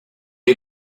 est